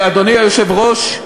אדוני היושב-ראש,